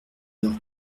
heure